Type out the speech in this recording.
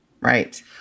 Right